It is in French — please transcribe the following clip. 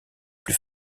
plus